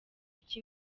iki